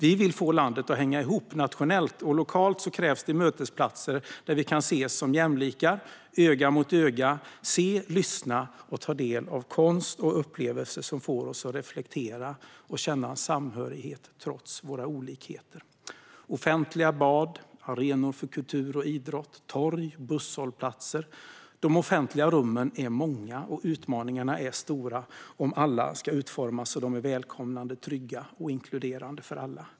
Vi vill få landet att hänga ihop nationellt, och lokalt krävs det mötesplatser där vi kan träffas som jämlikar, öga mot öga, och se, lyssna på och ta del av konst och upplevelser som får oss att reflektera och känna samhörighet trots våra olikheter. Offentliga bad, arenor för kultur och idrott, torg och busshållplatser - de offentliga rummen är många, och utmaningarna är stora om alla ska utformas så att de är välkomnande, trygga och inkluderande för alla.